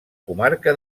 comarca